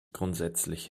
grundsätzlich